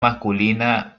masculina